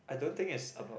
I don't think it's about